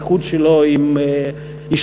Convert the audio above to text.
איחוד שלו עם אשתו,